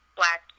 black